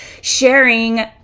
sharing